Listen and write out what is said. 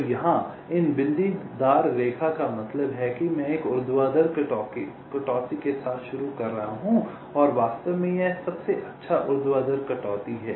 तो यहां इन बिंदीदार रेखा का मतलब है कि मैं एक ऊर्ध्वाधर कटौती के साथ शुरू कर रहा हूं और वास्तव में यह सबसे अच्छा ऊर्ध्वाधर कटौती है